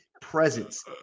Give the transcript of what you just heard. presence